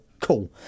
cool